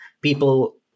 People